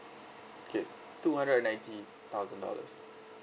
okay two hundred and ninety thousand dollars